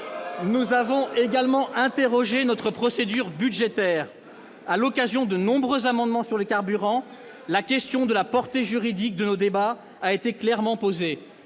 Nous avons également interrogé notre procédure budgétaire : à l'occasion des nombreux amendements sur les carburants, la question de la portée juridique de nos débats a été clairement posée.